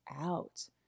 out